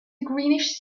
greenish